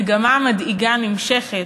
המגמה המדאיגה נמשכת,